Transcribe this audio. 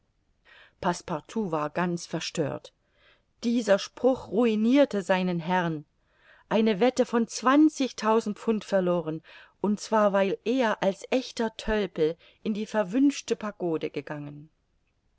war ganz verstört dieser spruch ruinirte seinen herrn eine wette von zwanzigtausend pfund verloren und zwar weil er als echter tölpel in die verwünschte pagode gegangen